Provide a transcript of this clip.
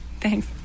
Thanks